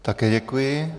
Také děkuji.